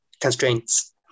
constraints